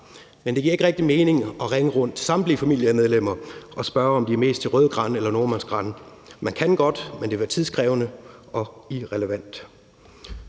Men det giver ikke rigtig mening at ringe rundt til samtlige familiemedlemmer og spørge, om de er mest til rødgran eller nordmannsgran. Man kan godt, men det vil være tidskrævende og irrelevant.